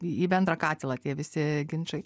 į į bendrą katilą tie visi ginčai